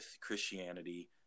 Christianity